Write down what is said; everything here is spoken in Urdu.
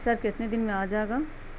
سر کتنے دن میں آ جائے گا